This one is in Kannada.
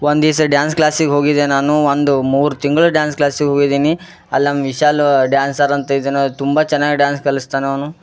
ಒಂದು ದಿವಸ ಡ್ಯಾನ್ಸ್ ಕ್ಲಾಸಿಗೆ ಹೋಗಿದ್ದೆ ನಾನು ಒಂದು ಮೂರು ತಿಂಗಳು ಡ್ಯಾನ್ಸ್ ಕ್ಲಾಸಿಗಿ ಹೋಗಿದ್ದೀನಿ ಅಲ್ಲಿ ನಮ್ಮ ವಿಶಾಲೂ ಡ್ಯಾನ್ಸರ್ ಅಂತ ಇದನ್ನ ತುಂಬ ಚೆನ್ನಾಗಿ ಡ್ಯಾನ್ಸ್ ಕಲಿಸ್ತಾನೆ ಅವನು